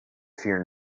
fear